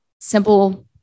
simple